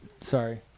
Sorry